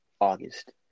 August